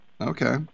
okay